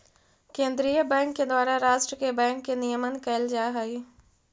केंद्रीय बैंक के द्वारा राष्ट्र के बैंक के नियमन कैल जा हइ